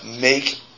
make